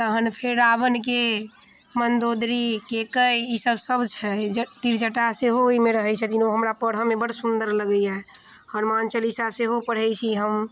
तहन फेर रावणके मन्दोदरी केकैयी ई सभ सभ छै त्रिजटा सेहो ओइमे रहै छथिन ओ हमरा पढ़ऽमे बड़ सुन्दर लगैए हनुमान चलिसा सेहो पढ़ै छी हम